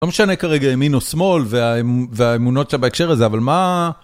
לא משנה כרגע, ימין או שמאל, והאמ-והאמונות שבהקשר הזה, אבל מה...